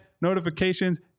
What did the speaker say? notifications